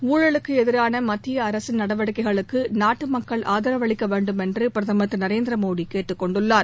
ஊழலுக்கு எதிரான மத்திய அரசின் நடவடிக்கைகளுக்கு நாட்டு மக்கள் ஆதரவளிக்க வேண்டுமென்று பிரதமர் திரு நரேந்திர மோதி கேட்டுக் கொண்டுள்ளார்